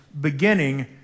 beginning